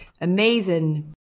amazing